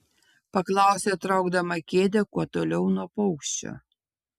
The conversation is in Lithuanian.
paklausė traukdama kėdę kuo toliau nuo paukščio